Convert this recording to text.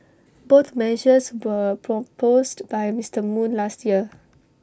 both measures were proposed by Mister moon last year